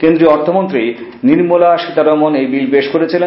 কেন্দ্রীয় অর্থমন্ত্রী নির্মলা সীতারমন এই বিল পেশ করেছিলেন